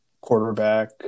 quarterback